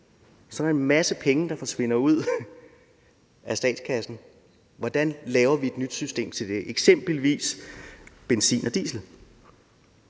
– er en masse penge, der forsvinder ud af statskassen. Hvordan laver vi et nyt system til det? Det er eksempelvis benzin og diesel.